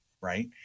right